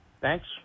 Thanks